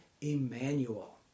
Emmanuel